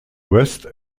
west